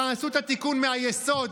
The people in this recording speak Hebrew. תעשו את התיקון מהיסוד,